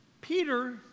Peter